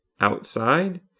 outside